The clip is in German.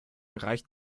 reicht